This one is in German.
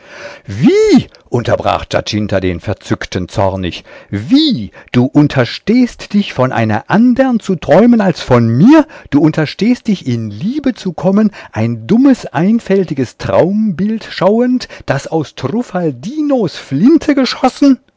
wie unterbrach giacinta den verzückten zornig wie du unterstehst dich von einer andern zu träumen als von mir du unterstehst dich in liebe zu kommen ein dummes einfältiges traumbild schauend das aus truffaldinos flinte geschossen